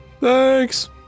Thanks